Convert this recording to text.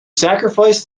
sacrifice